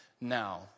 now